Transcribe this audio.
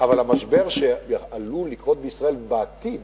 אבל המשבר שעלול לקרות בישראל בעתיד